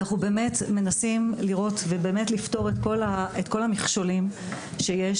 ומנסים לפתור את כל המכשולים שיש,